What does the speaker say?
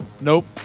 Nope